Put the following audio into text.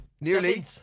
Nearly